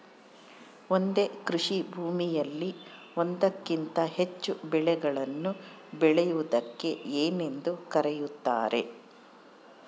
ಒಂದೇ ಕೃಷಿಭೂಮಿಯಲ್ಲಿ ಒಂದಕ್ಕಿಂತ ಹೆಚ್ಚು ಬೆಳೆಗಳನ್ನು ಬೆಳೆಯುವುದಕ್ಕೆ ಏನೆಂದು ಕರೆಯುತ್ತಾರೆ?